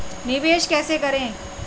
निवेश कैसे करें?